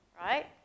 right